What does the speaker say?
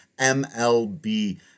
MLB